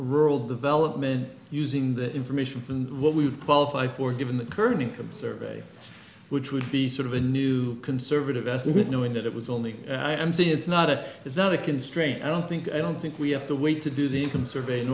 rural development using that information from what we would qualify for given the current income survey which would be sort of a new conservative estimate knowing that it was only i'm saying it's not it is not a constraint i don't think i don't think we have to wait to do the income survey in